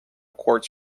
quartz